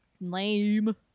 lame